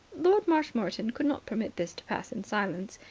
lord marshmoreton could not permit this to pass in silence.